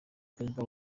perezida